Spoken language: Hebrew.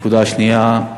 הנקודה השנייה,